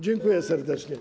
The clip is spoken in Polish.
Dziękuję serdecznie.